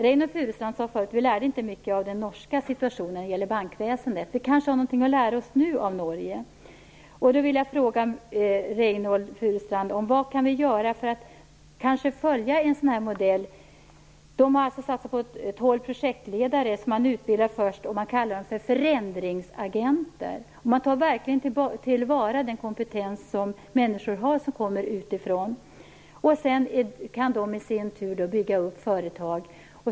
Reynoldh Furustrand sade förut att vi inte lärde mycket av den norska situationen när det gällde bankväsendet. Vi kanske har någonting att lära oss nu av Norge. Då vill jag fråga Reynoldh Furustrand vad vi kan göra för att följa en sådan här norsk modell. Man har alltså satsat på tolv projektledare. Man utbildar dem först och kallar dem förändringsagenter. Man tar verkligen tillvara den kompetens som människor har som kommer utifrån. Sedan kan de i sin tur bygga upp företag.